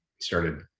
started